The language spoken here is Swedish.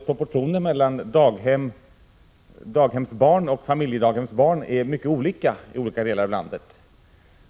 Proportionen mellan daghemsbarn och familjedaghemsbarn är mycket olika i olika delar av landet.